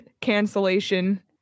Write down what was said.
cancellation